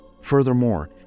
Furthermore